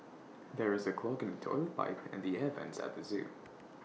there is A clog in the Toilet Pipe and the air Vents at the Zoo